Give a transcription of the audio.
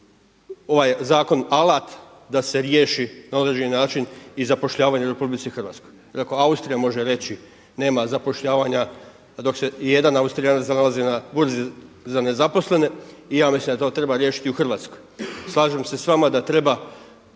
ovaj zakon alat da se riješi na određeni način i zapošljavanje u RH. Austrija može reći nema zapošljavanja dok se i jedan Austrijanac nalazi na burzi za nezaposlene. I ja mislim da to treba riješiti i u Hrvatskoj. Slažem se sa vama da treba